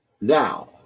now